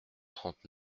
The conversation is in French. trente